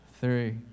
Three